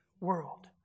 world